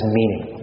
meaning